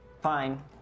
Fine